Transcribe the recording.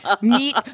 meet